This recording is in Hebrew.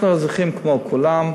אנחנו אזרחים כמו כולם.